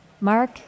Mark